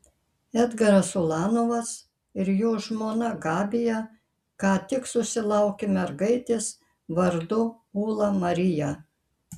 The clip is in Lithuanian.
edgaras ulanovas ir jo žmona gabija ką tik susilaukė mergaitės vardu ūla marija